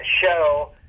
show